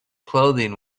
clothing